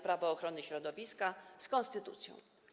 Prawo ochrony środowiska z konstytucją.